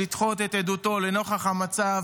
לדחות את עדותו לנוכח המצב